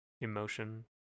emotion